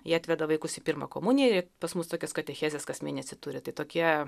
jie atveda vaikus į pirmą komuniją ir pas mus tokios katechezės kas mėnesį turi tai tokie